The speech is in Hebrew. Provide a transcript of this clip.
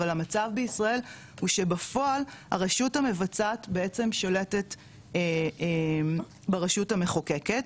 אבל המצב בישראל הוא שבפועל הרשות המבצעת בעצם שולטת ברשות המחוקקת,